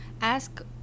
ask